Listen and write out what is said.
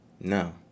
No